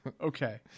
okay